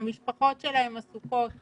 המשפחות שלהם עסוקות